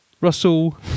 Russell